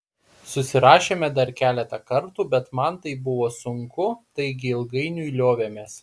susirašėme dar keletą kartų bet man tai buvo sunku taigi ilgainiui liovėmės